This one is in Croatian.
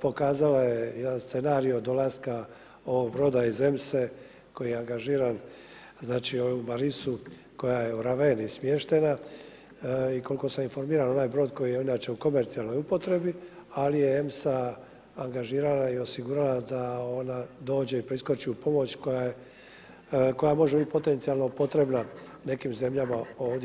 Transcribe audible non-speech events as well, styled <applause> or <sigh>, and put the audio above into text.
pokazala je jedan scenario dolaska ovog broda iz EMSA-e koji je angažiran znači ... <unintelligible> koja je u Raveni smještena i koliko sam informiran, onaj brod koji je inače u komercijalnoj upotrebi, ali je EMSA angažirala i osigurala da ona dođe i priskoči u pomoć koja biti potencijalno potrebna nekim zemljama ovdje EU.